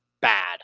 bad